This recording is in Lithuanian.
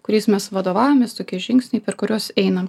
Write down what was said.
kuriais mes vadovaujamės tokie žingsniai per kuriuos einam